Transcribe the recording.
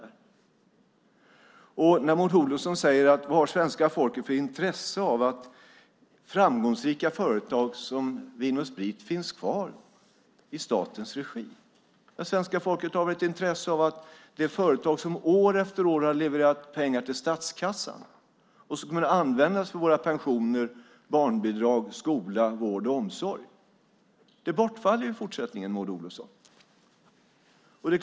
Maud Olofsson undrar vad svenska folket har för intresse av att framgångsrika företag som Vin & Sprit finns kvar i statens regi. Svenska folket har ett intresse av det företag som år efter år har levererat pengar till statskassan som kan användas till våra pensioner, barnbidrag, skola, vård och omsorg. Det bortfaller i fortsättningen, Maud Olofsson.